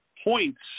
Points